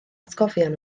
atgofion